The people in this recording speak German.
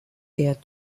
der